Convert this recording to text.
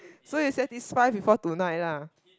so you satisfy before tonight lah